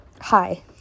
hi